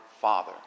father